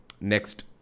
next